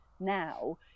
now